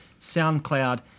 SoundCloud